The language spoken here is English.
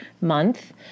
month